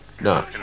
No